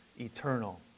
eternal